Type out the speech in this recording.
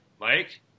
Mike